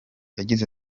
yagize